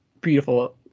beautiful